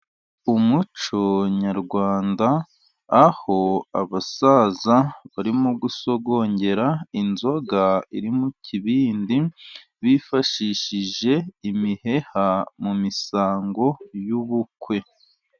Umuco nyarwanda aho abasaza barimo gusogongera inzoga iri mu kibindi bifashishije imiheha mu misango y'ubukwe.